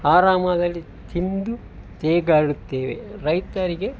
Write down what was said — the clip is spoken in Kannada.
ಆರಾಮದಲ್ಲಿ ತಿಂದು ತೇಗಾಡುತ್ತೇವೆ ರೈತರಿಗೆ